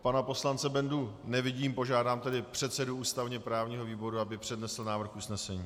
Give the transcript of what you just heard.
Pana poslance Bendu nevidím, požádám tedy předsedu ústavněprávního výboru, aby přednesl návrh usnesení.